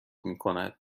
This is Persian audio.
میکند